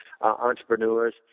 entrepreneurs